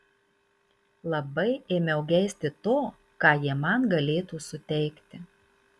labai ėmiau geisti to ką jie man galėtų suteikti